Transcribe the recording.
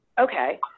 Okay